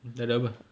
dah ada apa